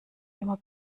immer